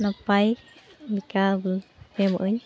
ᱱᱟᱯᱟᱭ ᱮᱢᱟᱜᱟᱹᱧ